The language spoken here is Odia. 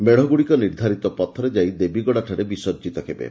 ମେଡ଼ଗୁଡ଼ିକ ନିର୍ଦ୍ଧାରିତ ପଥରେ ଯାଇ ଦେବୀଗଡ଼ାଠାରେ ବିସର୍କିତ ହେବେ